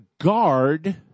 guard